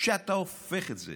כשאתה הופך את זה